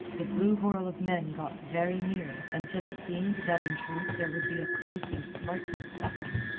the blue whirl of men got very near, until it seemed that in truth there would be a close and frightful scuffle.